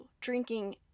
drinking